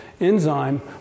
enzyme